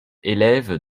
élèves